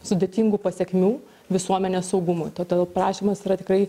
sudėtingų pasekmių visuomenės saugumui todėl prašymas yra tikrai